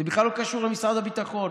זה בכלל לא קשור למשרד הביטחון.